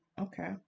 okay